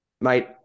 Mate